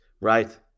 Right